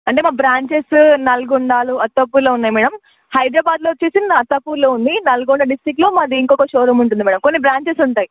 అంటే మా బ్రాంచెస్ నల్గొండలో అత్తాపూర్లో ఉన్నాయి మ్యాడమ్ హైదరాబాద్లో వచ్చి అత్తాపూర్లో ఉంది నల్గొండ డిస్ట్రిక్లో మాది ఇంకొక షోరూమ్ ఉంటుంది మ్యాడమ్ కొన్ని బ్రాంచెస్ ఉంటాయి